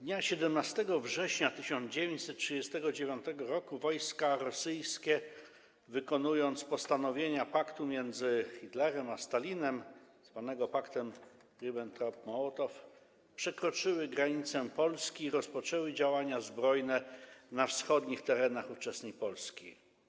Dnia 17 września 1939 r. wojska rosyjskie, wykonując postanowienia paktu zawartego między Hitlerem a Stalinem, zwanego paktem Ribbentrop-Mołotow, przekroczyły granicę Polski i rozpoczęły działania zbrojne na wschodnich terenach ówczesnej Polski.